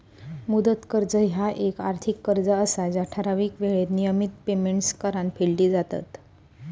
मुदत कर्ज ह्या येक आर्थिक कर्ज असा जा ठराविक येळेत नियमित पेमेंट्स करान फेडली जातत